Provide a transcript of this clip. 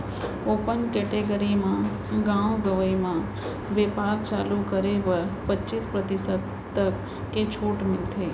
open category म गाँव गंवई म बेपार चालू करे बर पचीस परतिसत तक के छूट मिलथे